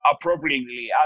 appropriately